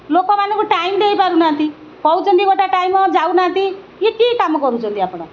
ଲୋକମାନଙ୍କୁ ଟାଇମ୍ ଦେଇପାରୁ ନାହାନ୍ତି କହୁଛନ୍ତି ଗୋଟେ ଟାଇମ୍ ଯାଉନାହାନ୍ତି ଇଏ କିଏ କାମ କରୁଛନ୍ତି ଆପଣ